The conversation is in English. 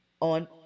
on